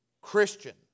Christian